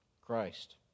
Christ